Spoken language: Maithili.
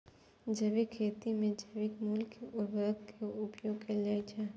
जैविक खेती मे जैविक मूल के उर्वरक के उपयोग कैल जाइ छै